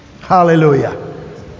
Hallelujah